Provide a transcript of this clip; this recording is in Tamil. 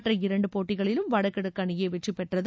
மற்ற இரண்டு போட்டிகளிலும் வடகிழக்கு அணியே வெற்றிபெற்றது